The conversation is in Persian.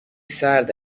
سرد